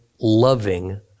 loving